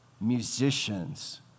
musicians